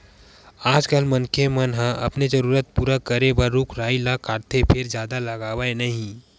आजकाल मनखे मन ह अपने जरूरत पूरा करे बर रूख राई ल काटथे फेर जादा लगावय नहि